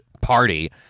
party